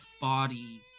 body